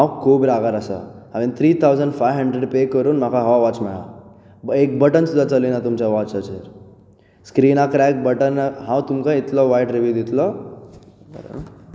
हांव खूब रागार आसा हांवेन three thousand five hundred pay करून म्हाका हो वॉच मेळ्ळा एक बटन सुद्दां चलना तुमच्या वॉचाचे स्क्रिनाक क्रेक बटनां हांव तुमकां इतलो वायट रिव्युंव दितलो